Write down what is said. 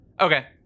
Okay